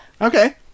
Okay